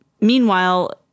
meanwhile